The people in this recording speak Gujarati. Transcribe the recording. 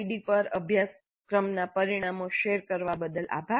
com પર અભ્યાસનાં પરિણામો શેર કરવા બદલ આભાર